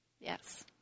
Yes